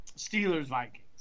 Steelers-Vikings